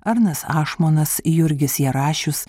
arnas ašmonas jurgis jarašius